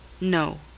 No